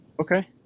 Okay